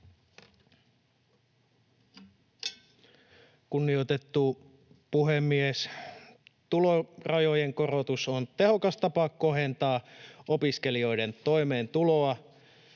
Kunnioitettu puhemies! Tulorajojen korotus on tehokas tapa kohentaa opiskelijoiden toimeentuloa.